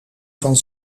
van